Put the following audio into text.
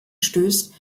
stößt